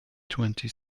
twenty